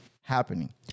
happening